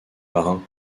marin